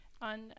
On